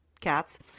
cats